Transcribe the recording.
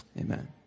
Amen